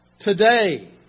today